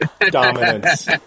Dominance